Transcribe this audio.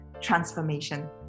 transformation